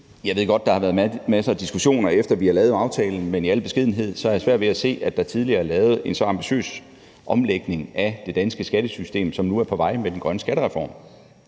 Jeg ved godt, at der har været masser af diskussioner, efter at vi har lavet aftalen, men sagt i al beskedenhed har jeg svært ved at se, at der tidligere er lavet en så ambitiøs omlægning af det danske skattesystem som det, der nu er på vej med den grønne skattereform.